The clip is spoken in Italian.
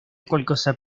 qualcosa